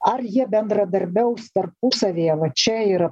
ar jie bendradarbiaus tarpusavyje va čia yra